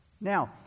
Now